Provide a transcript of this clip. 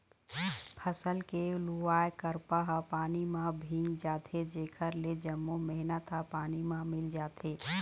फसल के लुवाय करपा ह पानी म भींग जाथे जेखर ले जम्मो मेहनत ह पानी म मिल जाथे